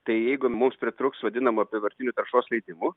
tai jeigu mums pritrūks vadinamų apyvartinių taršos leidimų